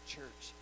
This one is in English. Church